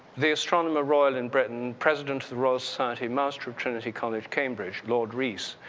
the astronomer royal in britain, president of the royal society, master of trinity college cambridge, lord rees,